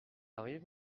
arrive